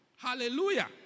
Hallelujah